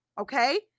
Okay